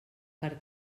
per